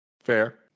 Fair